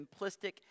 simplistic